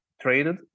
traded